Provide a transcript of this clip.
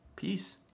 Peace